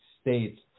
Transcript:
states